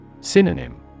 Synonym